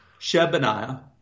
Shebaniah